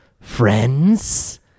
Friends